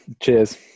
Cheers